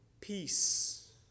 peace